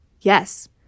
Yes